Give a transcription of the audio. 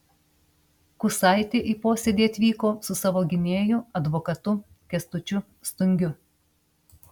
kusaitė į posėdį atvyko su savo gynėju advokatu kęstučiu stungiu